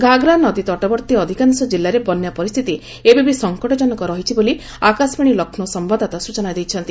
ଘାଗରା ନଦୀ ତଟବର୍ତ୍ତୀ ଅଧିକାଂଶ ଜିଲ୍ଲାରେ ବନ୍ୟା ପରିସ୍ଥିତି ଏବେ ବି ସଙ୍କଟଜନକ ରହିଛି ବୋଲି ଆକାଶବାଣୀ ଲକ୍ଷ୍ମୌ ସମ୍ଭାଦଦାତା ସୂଚନା ଦେଇଛନ୍ତି